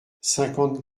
cinquante